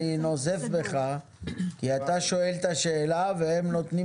אני נוזף בך כי אתה שואל את השאלה והם נותנים